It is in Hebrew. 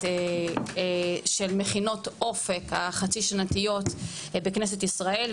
של מכינות אופק החצי שנתיות בכנסת ישראל,